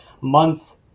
month